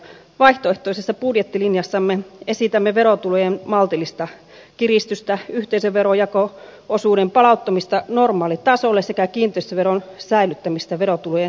vaihtoehtoisessa budjettilinjassamme esitämme verotulojen maltillista kiristystä yhteisöverojako osuuden palauttamista normaalitasolle sekä kiinteistöveron säilyttämistä verotulojen tasausjärjestelmässä